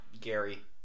gary